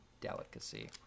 delicacy